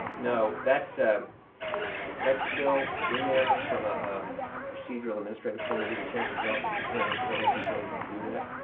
no. that's um that's still in there from a procedural administrative point of view. the chancellor's office apparently still has the ability to do that.